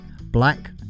Black